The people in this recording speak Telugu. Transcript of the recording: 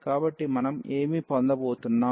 కాబట్టి మనం ఏమి పొందబోతున్నాం